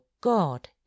god